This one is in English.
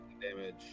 damage